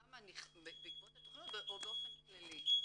בעקבות התכנית או באופן כללי?